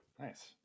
Nice